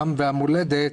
העם והמולדת,